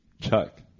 Chuck